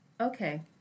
okay